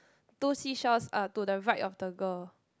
two seashells uh to the right of the girl